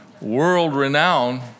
world-renowned